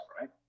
right